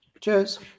Cheers